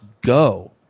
go